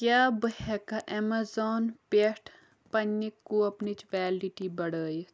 کیٛاہ بہٕ ہٮ۪کا ایٚمیزان پٮ۪ٹھ پننہِ کوپنٕچ ویلڈٹی بڑٲیِتھ؟